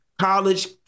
college